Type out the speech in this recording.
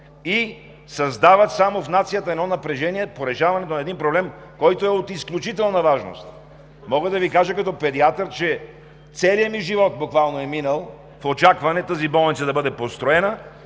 и създават само напрежение в нацията по решаването на един проблем, който е от изключителна важност. Мога да Ви кажа като педиатър, че целият ми живот буквално е минал в очакване тази болница да бъде построена.